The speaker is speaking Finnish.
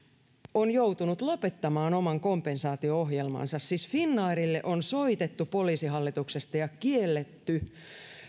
on joutunut lopettamaan oman kompensaatio ohjelmansa siis finnairille on soitettu poliisihallituksesta ja kielletty